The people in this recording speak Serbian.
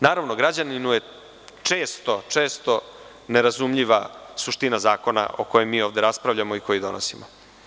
Naravno, građaninu je često nerazumljiva suština zakona o kojima mi ovde raspravljamo i koji donosimo.